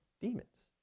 demons